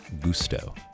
gusto